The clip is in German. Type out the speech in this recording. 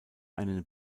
einen